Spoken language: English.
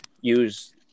use